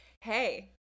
hey